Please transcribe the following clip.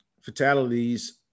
fatalities